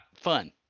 fun